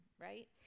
right